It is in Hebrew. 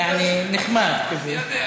יעני, נחמד כזה.